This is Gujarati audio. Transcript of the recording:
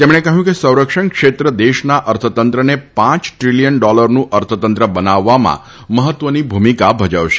તેમણે કહ્યું કે સંરક્ષણ ક્ષેત્ર દેશના અર્થતંત્રને પાંચ ટ્રીલીયન ડોલરનું અર્થતંત્ર બનાવવામાં મહત્વની ભૂમિકા ભજવશે